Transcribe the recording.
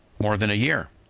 more than a year.